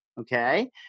okay